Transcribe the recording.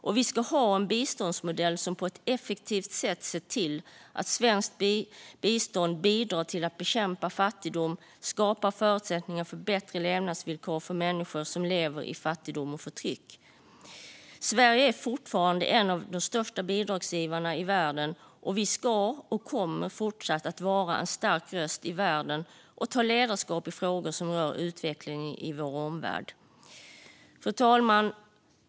Och vi ska ha en biståndsmodell som på ett effektivt sätt ser till att svenskt bistånd bidrar till att bekämpa fattigdom och skapar förutsättningar för bättre levnadsvillkor för människor som lever i fattigdom och förtryck. Sverige är fortfarande en av de största bidragsgivarna i världen, och vi ska fortsatt vara en stark röst i världen och ta ledarskap i frågor som rör utvecklingen i vår omvärld. Fru talman!